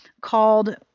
called